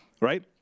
right